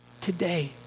Today